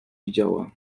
widziała